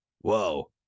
whoa